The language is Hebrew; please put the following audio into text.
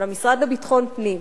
של המשרד לביטחון פנים,